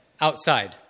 outside